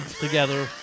together